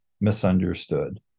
misunderstood